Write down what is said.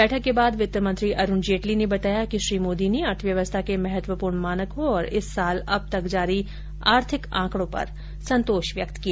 बैठक के बाद वित्त मंत्री अरुण जेटली ने बताया कि श्री मोदी ने अर्थव्यवस्था के महत्वपूर्ण मानकों और इस साल अब तक जारी आर्थिक आँकड़ों पर संतोष व्यक्त किया